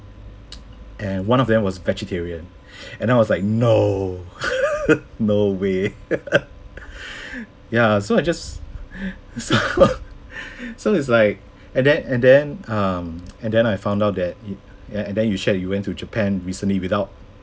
and one of them was vegetarian and I was like no no way ya so I just so so it's like and then and then um and then I found out that and then you shared you went to japan recently without